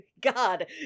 god